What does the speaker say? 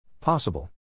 possible